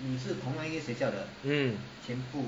mm